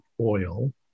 oil